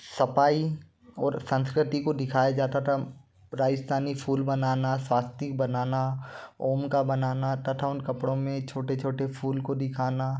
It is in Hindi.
सफ़ाई और संस्कृति को दिखाया जाता था राजस्थानी फूल बनाना स्वस्तिक बनाना ओम का बनाना तथा उन कपड़ों में छोटे छोटे फूल को दिखाना